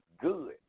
good